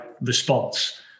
response